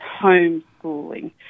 homeschooling